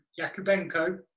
Yakubenko